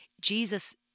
Jesus